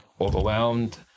overwhelmed